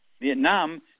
Vietnam